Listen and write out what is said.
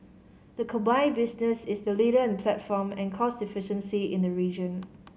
the combined business is the leader in platform and cost efficiency in the region